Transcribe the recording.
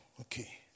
Okay